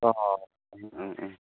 अ ओं ओं ओं